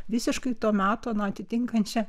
visiškai to meto na atitinkančią